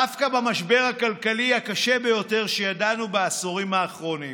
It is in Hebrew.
דווקא במשבר הכלכלי הקשה ביותר שידענו בעשורים האחרונים,